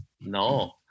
No